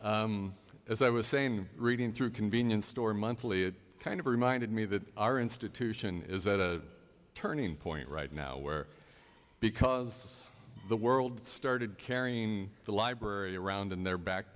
as i was saying reading through convenience store monthly kind of reminded me that our institution is at a turning point right now where because the world started carrying the library around in their back